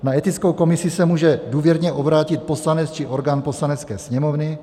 Na etickou komisi se může důvěrně obrátit poslanec či orgán Poslanecké sněmovny.